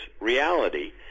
reality